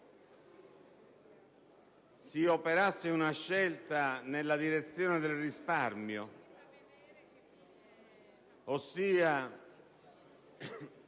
si operasse una scelta nella direzione del risparmio, ossia